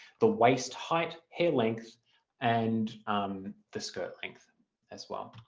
the waist height, hair length and the skirt length as well.